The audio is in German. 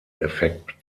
effekt